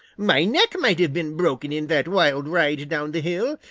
my neck might have been broken in that wild ride down the hill,